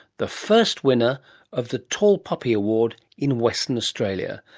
the first winner of the tall poppy award in western australia,